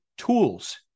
tools